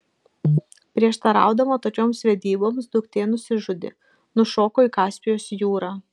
prieštaraudama tokioms vedyboms duktė nusižudė nušoko į kaspijos jūrą